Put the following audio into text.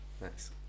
Nice